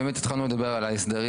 באמת התחלנו לדבר על ההסדרים,